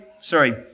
sorry